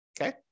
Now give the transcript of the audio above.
Okay